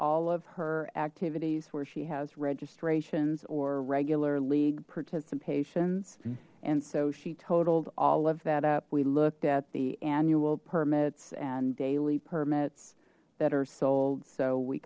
all of her activities where she has registrations or regular league participation and so she totaled all of that up we looked at the annual permits and daily permits that are sold so we